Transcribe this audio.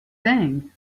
thing